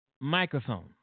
microphone